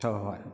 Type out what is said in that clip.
ꯍꯣꯏ ꯍꯣꯏ